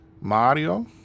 mario